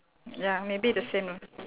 ya maybe the same ah